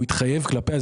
אז